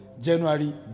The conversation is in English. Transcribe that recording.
January